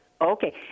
Okay